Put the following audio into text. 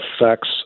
affects